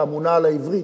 שאת אמונה על העברית,